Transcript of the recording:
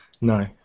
No